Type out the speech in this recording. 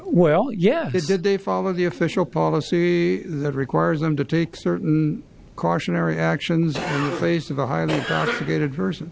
well yes it did they follow the official policy that requires them to take certain cautionary actions place of a highly rated person